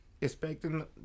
expecting